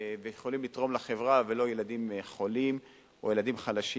ויכולים לתרום לחברה ולא ילדים חולים או ילדים חלשים,